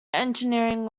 engineering